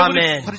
Amen